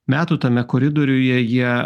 metų tame koridoriuje jie